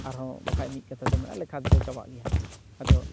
ᱟᱨᱦᱚᱸ ᱵᱟᱠᱷᱟᱡ ᱢᱤᱫ ᱠᱟᱛᱷᱟᱛᱮᱫᱚ ᱞᱮᱠᱷᱟᱛᱮ ᱫᱚ ᱪᱟᱵᱟᱜ ᱜᱮᱭᱟ ᱟᱫᱚ